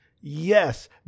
yes